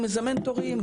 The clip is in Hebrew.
הוא מזמן תורים.